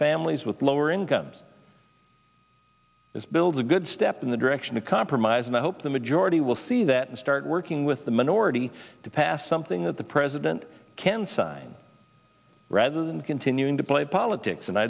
families with lower incomes is build a good step in the direction of compromise and i hope the majority will see that and start working with the minority to pass something that the president can sign rather than continuing to play politics and